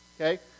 Okay